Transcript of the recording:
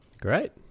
Great